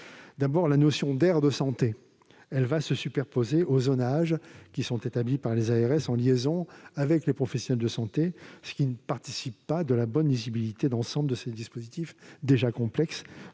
d'abord, la notion d'« aire de santé » se superposera aux zonages établis par les ARS en liaison avec les professionnels de santé, ce qui ne participe pas de la bonne visibilité d'ensemble de ces dispositifs déjà complexes